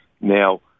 Now